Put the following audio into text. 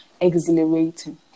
Exhilarating